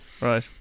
Right